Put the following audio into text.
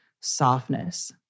Softness